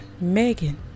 Megan